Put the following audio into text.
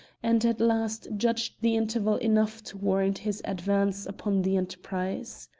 and at last judged the interval enough to warrant his advance upon the enterprise.